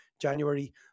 January